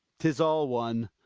tis all one.